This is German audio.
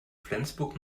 flensburg